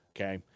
Okay